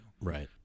Right